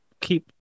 keep